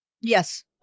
Yes